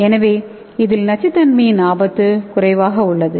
எனவே இதில் நச்சுத்தன்மையின் ஆபத்து குறைவாக உள்ளது